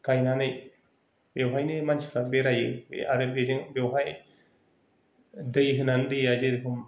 गायनानै बेवहायनो मानसिफ्रा बेरायो आरो बेजों बेवहाय दै होनानै दैआ जेरेखम